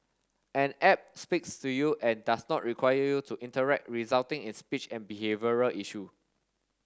an app speaks to you and does not require you to interact resulting in speech and behavioural issue